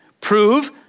prove